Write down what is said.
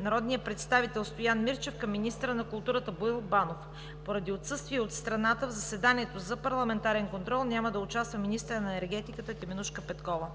народния представител Стоян Мирчев към министъра на културата Боил Банов. Поради отсъствие от страната в заседанието за парламентарен контрол няма да участва министърът на енергетиката Теменужка Петкова.